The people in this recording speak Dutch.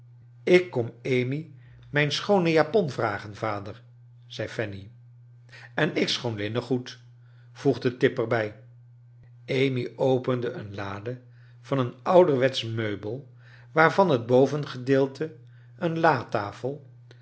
ik kom amy mijn schoone japon vragen vader zei fanny en ik schoon iinnengoed voegde tip er bij amy opende een lade van een ouderwetsch meubel waarvan het bovengedeelte een latafel